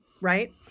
right